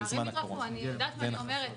הפערים התרחבו, אני יודעת מה אני אומרת.